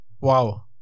wow